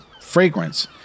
fragrance